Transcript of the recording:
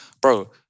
bro